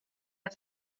eta